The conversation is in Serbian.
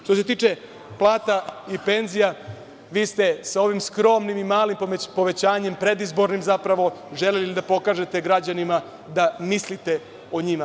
Što se tiče plata i penzija, vi ste sa ovim skromnim i malim povećanjem, predizbornim zapravo, želeli da pokažete građanima da mislite o njima.